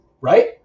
right